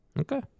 Okay